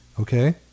Okay